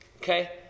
okay